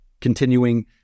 Continuing